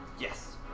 Yes